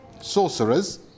sorcerers